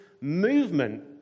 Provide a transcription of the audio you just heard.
movement